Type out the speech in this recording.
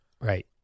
Right